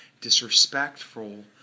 disrespectful